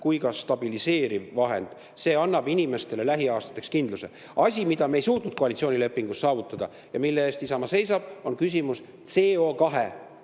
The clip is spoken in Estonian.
kui stabiliseeriv vahend ja see annab inimestele lähiaastateks kindluse. Asi, mida me ei suutnud koalitsioonilepingus saavutada ja mille eest Isamaa seisab, on küsimus